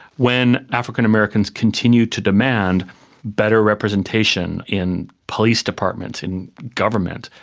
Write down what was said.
when african americans continue to demand better representation in police departments, in government,